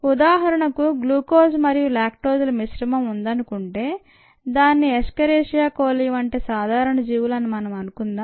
ఉదాహరణకు గ్లూకోజ్ మరియు లాక్టోజ్ల మిశ్రమం ఉందనుకుంటే దానిని ఎస్కెరిసియా కోలి వంటి సాధారణ జీవులు అని మనం అనుకుందాం